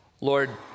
Lord